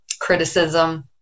criticism